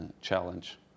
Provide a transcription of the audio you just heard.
challenge